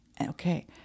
okay